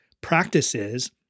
practices